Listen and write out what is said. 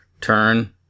turn